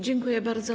Dziękuję bardzo.